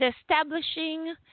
establishing